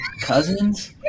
cousins